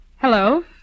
Hello